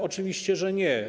Oczywiście, że nie.